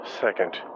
second